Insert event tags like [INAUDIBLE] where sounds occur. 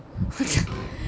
[LAUGHS]